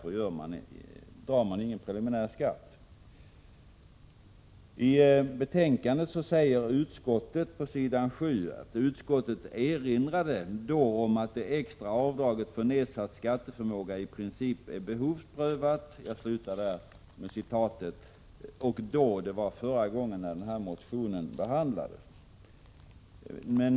I betänkandet på s. 7 står följande: ”Utskottet erinrade då om att det extra avdraget för nedsatt skatteförmåga i princip är behovsprövat ———.” ”Då” var alltså förra gången som denna motion behandlades.